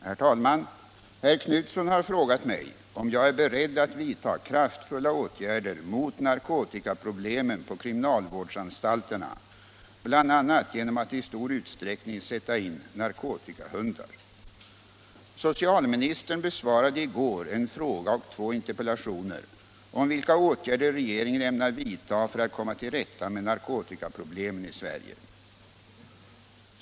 Herr talman! Herr Knutson har frågat mig om jag är beredd att vidta kraftfulla åtgärder mot narkotikaproblemen på kriminalvårdsanstalterna bl.a. genom att i stor utsträckning sätta in ”narkotikahundar”. Socialministern besvarade i går en fråga och två interpellationer om vilka åtgärder regeringen ämnar vidta för att komma till rätta med narkotikaproblemen i Sverige.